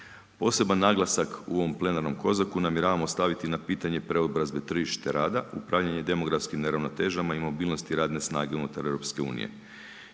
Poseban naglasak u ovom plenarnom COSAC-u namjeravamo staviti na pitanje preobrazbe tržište rada, upravljanje demografskim neravnotežama i mobilnosti radne snage unutar EU čime